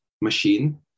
machine